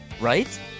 right